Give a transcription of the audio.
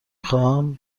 خواهم